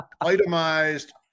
itemized